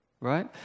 Right